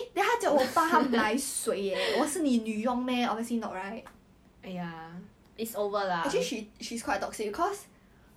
is adele in her school you wanted to be friends with her !huh!